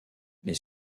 les